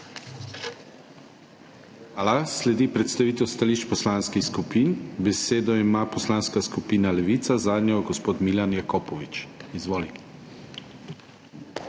Hvala. Sledi predstavitev stališč poslanskih skupin. Besedo ima Poslanska skupina Levica, zanjo gospod Milan Jakopovič. Izvoli. MILAN